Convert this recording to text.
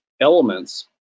elements